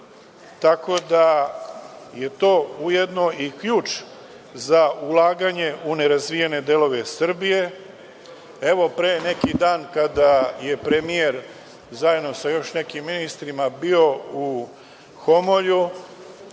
tako da je to ujedno i ključ za ulaganje u nerazvijene delove Srbije. Pre neki dan kada je premijer zajedno sa još nekim ministrima bio u Homolju,